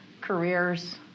careers